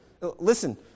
Listen